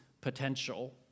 potential